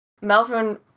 Melvin